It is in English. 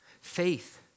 faith